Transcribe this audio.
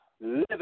living